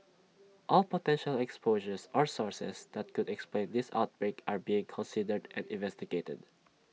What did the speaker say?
all potential exposures or sources that could explain this outbreak are being considered and investigated